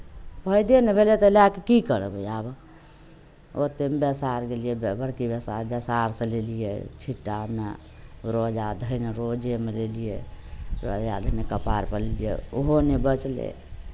फायदे नहि भेलै तऽ लए कऽ की करबै आब ओतेक बैसार गेलियै बड़की बैसार बैसारसँ लेलियै छिट्टामे रोजा धयने रोजेमे लेलियै रोजा धयने कपारपर लेलियै ओहो नहि बचलै